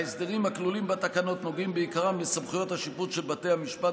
ההסדרים הכלולים בתקנות נוגעים בעיקרם לסמכויות השיפוט של בתי המשפט